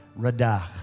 Radach